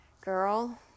girl